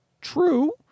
true